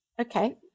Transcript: Okay